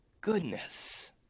goodness